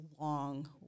long